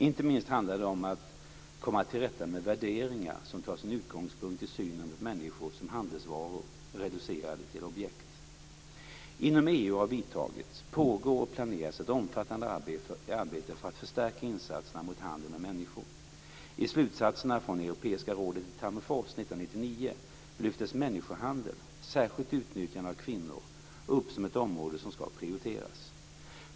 Inte minst handlar det om att komma till rätta med värderingar som tar sin utgångspunkt i synen på människor som handelsvaror, reducerade till objekt. Inom EU har vidtagits, pågår och planeras ett omfattande arbete för att förstärka insatserna mot handel med människor. I slutsatserna från Europeiska rådet i Tammerfors 1999 lyftes människohandel, särskilt utnyttjande av kvinnor, upp som ett område som ska prioriteras.